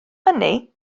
hynny